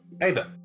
Ava